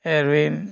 heaven